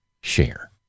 share